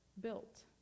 built